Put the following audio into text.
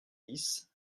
dix